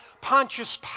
Pontius